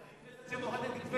שמוחקת כתבי